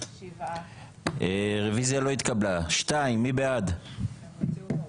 הצבעה בעד, 6 נגד, 8 נמנעים, אין לא אושר.